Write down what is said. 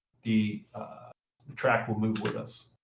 the track will move with us.